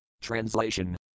Translation